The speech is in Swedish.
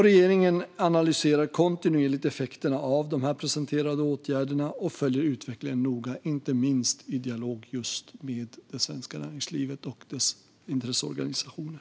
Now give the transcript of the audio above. Regeringen analyserar kontinuerligt effekterna av de presenterade stödåtgärderna och följer utvecklingen noga, inte minst i dialog med det svenska näringslivet och dess intresseorganisationer.